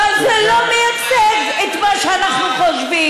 אבל זה לא מייצג את מה שאנחנו חושבים.